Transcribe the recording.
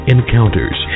Encounters